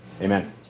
Amen